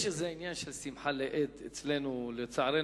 יש איזה עניין של שמחה לאיד אצלנו בפוליטיקה,